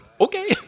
Okay